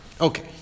Okay